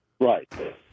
Right